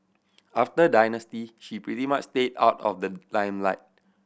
after Dynasty she pretty much stayed out of the limelight